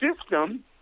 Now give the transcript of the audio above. system